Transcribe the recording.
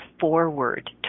forward